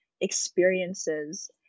experiences